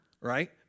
Right